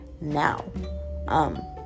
now